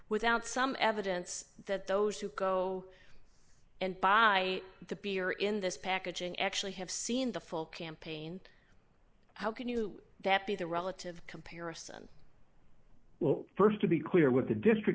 without some evidence that those who go and buy the beer in this packaging actually have seen the full campaign how can you that be the relative comparison well st to be clear what the district